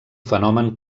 fenomen